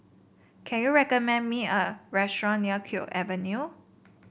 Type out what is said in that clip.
can you recommend me a restaurant near Kew Avenue